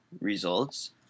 results